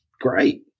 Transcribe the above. Great